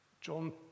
John